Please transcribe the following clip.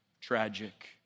tragic